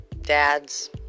dads